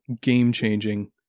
game-changing